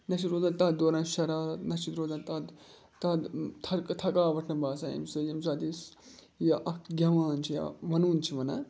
نہ چھِ روزان تَتھ دوران شَرار نہ چھِ روزان تَتھ تَتھ تھکہٕ تھکاوَٹھ نہٕ باسان اَمہِ سۭتۍ ییٚمہِ ساتہٕ أسۍ یہِ اَکھ گٮ۪وان چھِ یا وَنوُن چھِ وَنان